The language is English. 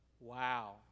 Wow